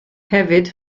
hefyd